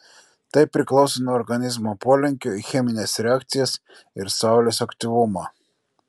tai priklauso nuo organizmo polinkio į chemines reakcijas ir saulės aktyvumo